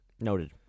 Noted